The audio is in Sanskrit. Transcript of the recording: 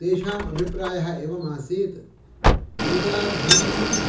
तेषाम् अभिप्रायः एवम् आसीत् वेदाध्ययनं